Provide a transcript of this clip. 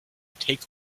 take